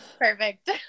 Perfect